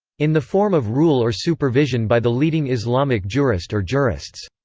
in the form of rule or supervision by the leading islamic jurist or jurists.